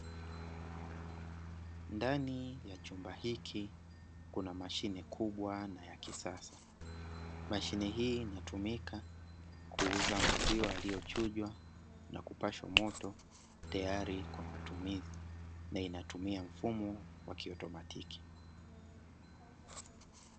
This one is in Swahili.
Ndani ya chumba hiki kuna mashine kubwa na ya kisasa, mashine hii inatumika kuuza maziwa yaliyochujwa na kupashwa moto tayari kwa matumizi na inatumia mfumo wa kiautomatiki.